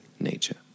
nature